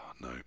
No